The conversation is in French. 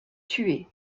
tué